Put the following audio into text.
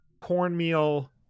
cornmeal